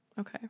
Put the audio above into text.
Okay